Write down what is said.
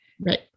Right